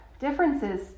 differences